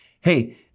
hey